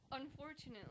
Unfortunately